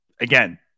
again